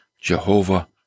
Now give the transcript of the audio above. Jehovah